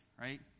right